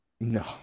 No